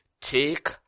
take